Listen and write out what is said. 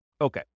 Okay